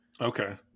Okay